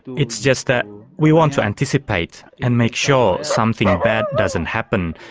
it's just that we want to anticipate and make sure something bad doesn't happen.